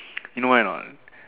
you know why or not